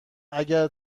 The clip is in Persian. اگر